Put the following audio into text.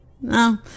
No